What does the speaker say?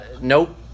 nope